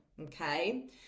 okay